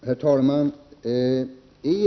Herr talman!